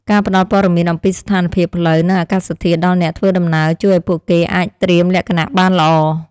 ការផ្តល់ព័ត៌មានអំពីស្ថានភាពផ្លូវ និងអាកាសធាតុដល់អ្នកធ្វើដំណើរជួយឱ្យពួកគេអាចត្រៀមលក្ខណៈបានល្អ។